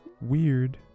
Weird